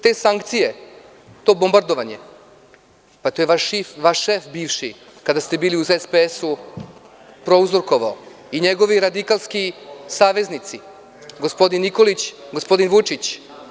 Te sankcije, to bombardovanje, to je vaš bivši šef, kada ste bili u SPS-u, prouzrokovao i njegovi radikalski saveznici, gospodin Nikolić, gospodin Vučić.